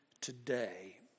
today